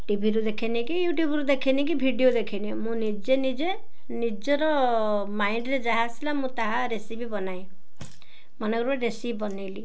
ଟିଭିରୁ ଦେଖେନିକି ୟୁଟ୍ୟୁବ୍ରୁ ଦେଖେନି କି ଭିଡ଼ିଓ ଦେଖେନି ମୁଁ ନିଜେ ନିଜେ ନିଜର ମାଇଣ୍ଡ୍ରେ ଯାହା ଆସିଲା ମୁଁ ତାହା ରେସିପି ବନାଏ ମନେକର ରେସିପି ବନାଇଲି